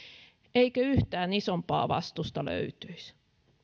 eikö yhtään isompaa vastusta löytyisi